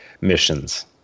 missions